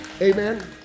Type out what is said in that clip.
Amen